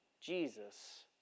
Jesus